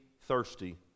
thirsty